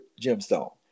gemstone